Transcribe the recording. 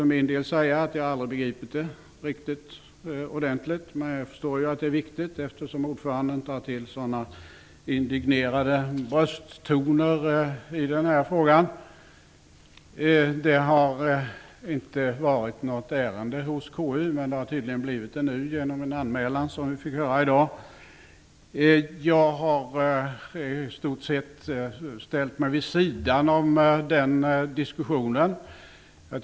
För min del har jag aldrig riktigt begripit detta gräl, men jag förstår ju att det är viktigt, eftersom ordföranden tar till sådana indignerade brösttoner. Detta har inte varit något ärende hos KU, men det har tydligen blivit det nu genom den anmälan som vi fick höra om i dag. Jag har i stort sett ställt mig vid sidan av den diskussionen.